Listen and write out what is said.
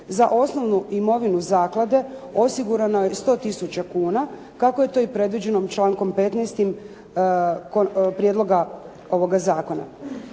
za osnovnu imovinu zaklade osigurano je 100 tisuća kuna kako je to i predviđeno člankom 15. prijedloga ovoga zakona.